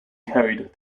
carried